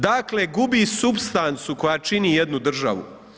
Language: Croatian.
Dakle gubi supstancu koja čini jednu državu.